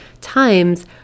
times